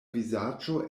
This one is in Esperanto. vizaĝo